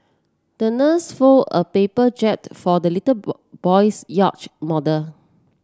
the nurse fold a paper jib for the little boy's yacht model